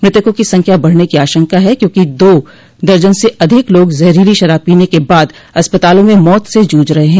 मृतकों की संख्या बढ़ने को आशंका है क्योंकि दो दर्जन से अधिक लाग जहरीली शराब पीने के बाद अस्पतालों में मौत से जूझ रहे हैं